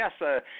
Yes